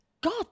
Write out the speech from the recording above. God